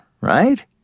right